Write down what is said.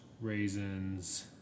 raisins